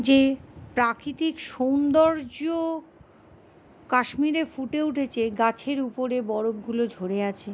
যে প্রাকৃতিক সৌন্দর্য কাশ্মীরে ফুটে উঠেছে গাছের উপরে বরফগুলো ঝরে আছে